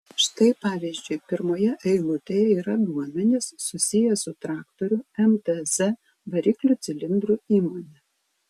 štai pavyzdžiui pirmoje eilutėje yra duomenys susiję su traktorių mtz variklių cilindrų įmone